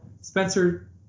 Spencer